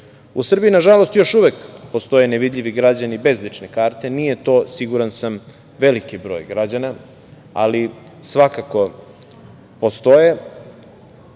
Srbiji, nažalost, još uvek postoje nevidljivi građani bez lične karte. Nije to, siguran sam, veliki broj građana, ali svakako postoje